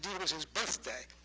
was his birthday.